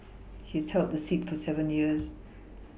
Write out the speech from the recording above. he has held the seat for seven years